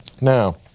Now